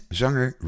zanger